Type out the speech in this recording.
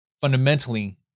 fundamentally